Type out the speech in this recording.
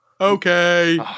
Okay